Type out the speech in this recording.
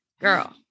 girl